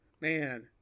Man